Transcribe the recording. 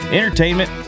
entertainment